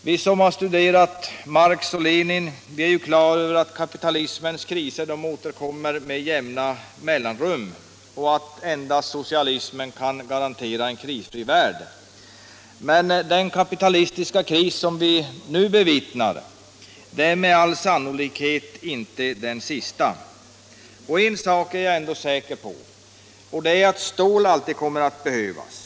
Vi som har studerat Marx och Lenin är klara över att kapitalismens kriser återkommer med jämna mellanrum och att endast socialismen kan garantera en krisfri värld. Den kapitalistiska kris som vi nu bevittnar är med all sannolikhet inte den sista, men en sak är jag ändå säker på, och det är att stål alltid kommer att behövas.